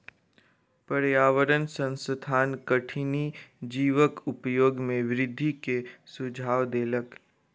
पर्यावरण संस्थान कठिनी जीवक उपयोग में वृद्धि के सुझाव देलक